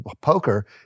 poker